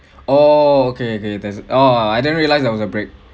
oh okay okay there's oh I never realize there was a break